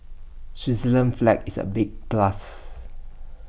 Switzerland's flag is A big plus